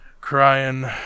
crying